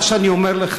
מה שאני אומר לך,